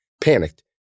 Panicked